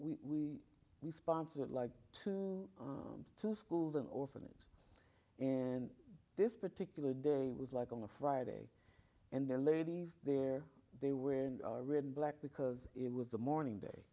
we we sponsored like to go to schools an orphanage and this particular day was like on a friday and the ladies there they were in written black because it was a morning day